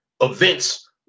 events